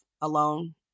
alone